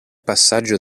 passaggio